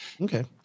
okay